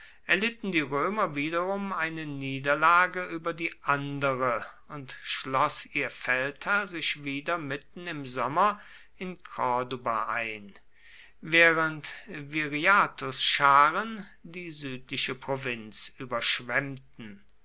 erlitten die römer wiederum eine niederlage über die andere und schloß ihr feldherr sich wieder mitten im sommer in corduba ein während viriathus scharen die südliche provinz überschwemmten